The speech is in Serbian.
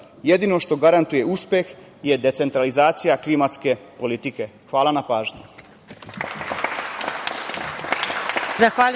Jedino što garantuje uspeh je decentralizacija klimatske politike. Hvala na pažnji.